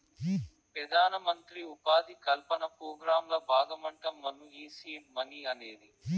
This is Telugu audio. పెదానమంత్రి ఉపాధి కల్పన పోగ్రాంల బాగమంటమ్మను ఈ సీడ్ మనీ అనేది